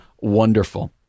wonderful